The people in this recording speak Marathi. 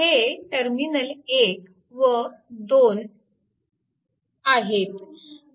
हे टर्मिनल 1 व 2 आहेत